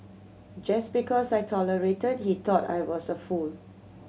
just because I tolerated he thought I was a fool